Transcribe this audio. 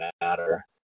matter